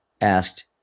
asked